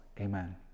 Amen